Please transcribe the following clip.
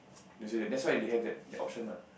that that's why they have that option ah